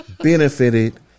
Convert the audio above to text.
benefited